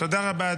תודה רבה.